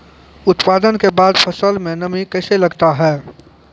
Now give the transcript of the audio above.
उत्पादन के बाद फसल मे नमी कैसे लगता हैं?